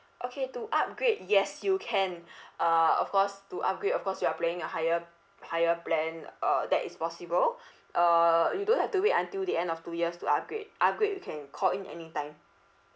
okay to upgrade yes you can uh of course to upgrade of course you are paying a higher higher plan uh that is possible uh you don't have to wait until the end of two years to upgrade upgrade you can call in anytime